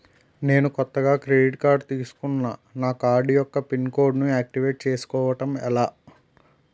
నేను కొత్తగా credit card తిస్కున్నా నా కార్డ్ యెక్క పిన్ కోడ్ ను ఆక్టివేట్ చేసుకోవటం ఎలా?